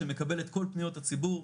שמקבל את כל פניות הציבור,